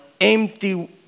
empty